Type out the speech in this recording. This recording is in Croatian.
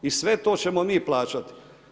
I sve to ćemo mi plaćati.